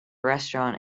restaurant